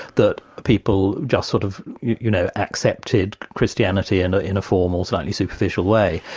that people just sort of, you know, accepted christianity and ah in a formal, slightly superficial way,